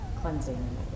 cleansing